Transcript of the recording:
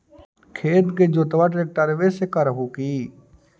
खेत के जोतबा ट्रकटर्बे से कर हू की?